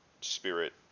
spirit